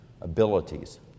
abilities